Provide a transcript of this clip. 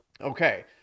Okay